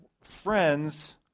friends